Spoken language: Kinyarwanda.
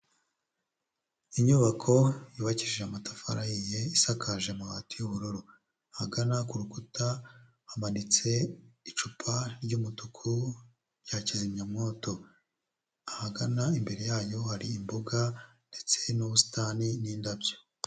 Inyubako yubakishije amatafari ahiye, isakaje amabati y'ubururu. Ahagana ku rukuta hamanitse icupa ry'umutuku rya kizimya mwoto. Ahagana imbere yayo hari imboga ndetse n'ubusitani n'indabyo.